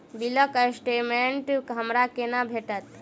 बिलक स्टेटमेंट हमरा केना भेटत?